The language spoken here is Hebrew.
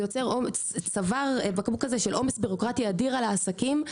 וזה יוצר צוואר בקבוק של עומס בירוקרטי אדיר על העסקים.